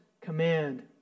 command